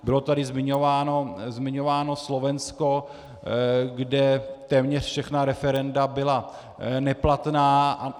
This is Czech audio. Bylo tady zmiňováno Slovensko, kde téměř všechna referenda byla neplatná.